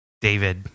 David